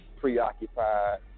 preoccupied